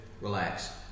Relax